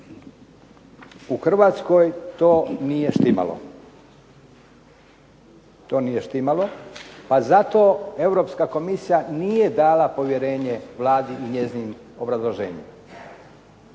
U Hrvatskoj to nije štimalo pa zato Europska komisija nije dala povjerenje Vladi u njezinim obrazloženjima.